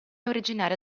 originaria